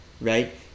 right